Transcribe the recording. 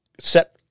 set